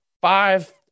five